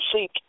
seek